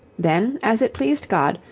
then, as it pleased god,